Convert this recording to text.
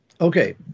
Okay